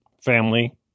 family